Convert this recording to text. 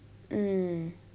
mm